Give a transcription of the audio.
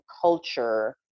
culture